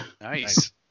Nice